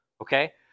okay